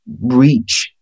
reach